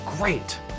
great